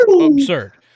absurd